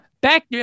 back